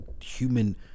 human